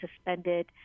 suspended